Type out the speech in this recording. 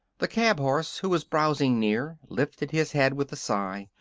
the cab-horse, who was browsing near, lifted his head with a sigh.